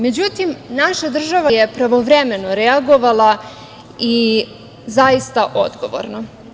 Međutim, naša država je pravovremeno reagovala i zaista odgovorno.